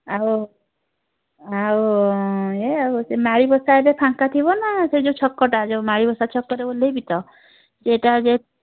ଆଉ ଆଉ ଏ ହେଉଛି ମାଳିବସା ଏବେ ଫାଙ୍କା ଥିବ ନା ସେଇ ଯେଉଁ ଛକଟା ଯେଉଁ ମାଳିବସା ଛକରେ ଓହ୍ଲାଇବି ତ ସେଇଟା ଯେହେତୁ